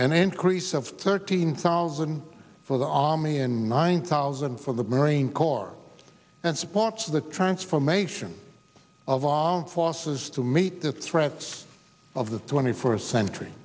an increase of thirteen thousand for the army and nine thousand for the marine corps and supports the transformation of olen forces to meet the threats of the twenty first century